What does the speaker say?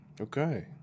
Okay